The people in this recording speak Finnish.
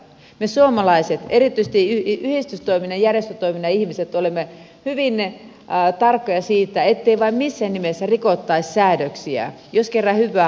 me suomalaiset erityisesti yhdistystoiminnan ja järjestötoiminnan ihmiset olemme hyvin tarkkoja siitä ettei vain missään nimessä rikottaisi säädöksiä jos kerran hyvää halutaan